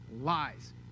lies